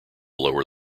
lower